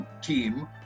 team